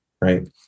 right